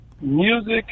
music